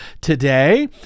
today